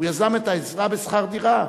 הוא יזם את העזרה בשכר דירה.